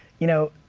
you know